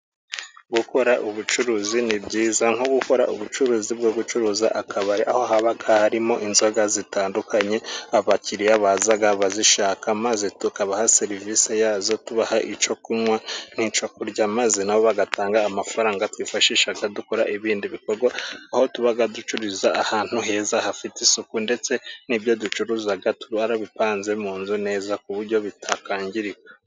Gukora ubucuruzi ni byiza nko gukora ubucuruzi bwo gucuruza akabari aho haba harimo inzoga zitandukanye, abakiriya baza bazishaka maze tukabaha serivisi yazo tubaha icyo kunywa n'icyo kurya maze n'abo bagatanga amafaranga twifashisha dukora ibindi bikorwa aho tuba ducururiza ahantu heza hafite isuku, ndetse n'ibyo ducuruza twarabipanze mu nzu neza ku buryo bitakangirika.